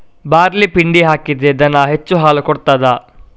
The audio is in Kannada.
ಬಾರ್ಲಿ ಪಿಂಡಿ ಹಾಕಿದ್ರೆ ದನ ಹೆಚ್ಚು ಹಾಲು ಕೊಡ್ತಾದ?